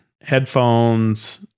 headphones